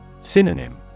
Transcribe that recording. Synonym